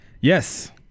Yes